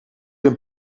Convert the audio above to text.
een